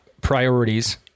priorities